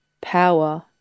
Power